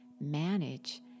manage